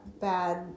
bad